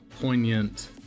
poignant